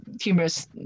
humorous